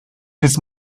his